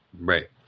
Right